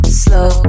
slow